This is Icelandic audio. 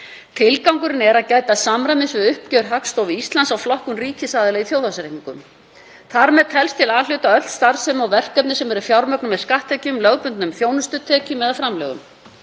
Tilgangurinn er að gæta samræmis við uppgjör Hagstofu Íslands á flokkun ríkisaðila í þjóðhagsreikningum. Þar með telst til A-hluta öll starfsemi og verkefni sem eru fjármögnuð með skatttekjum, lögbundnum þjónustutekjum eða framlögum.